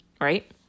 right